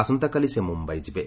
ଆସନ୍ତାକାଲି ସେ ମୁମ୍ୟାଇ ଯିବେ